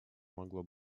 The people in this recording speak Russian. могло